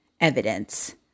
evidence